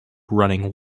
running